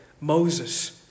Moses